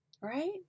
right